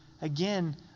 again